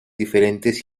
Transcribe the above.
diferentes